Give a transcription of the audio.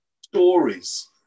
stories